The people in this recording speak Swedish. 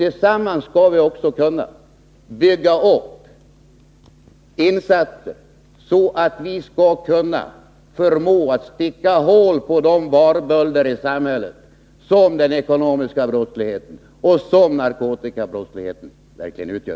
Tillsammans skall vi också kunna göra insatser, så att vi förmår att sticka hål på de varbölder i samhället som den ekonomiska brottsligheten och narkotikabrottsligheten verkligen utgör.